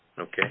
Okay